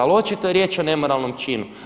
Ali očito je riječ o nemoralnom činu.